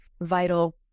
vital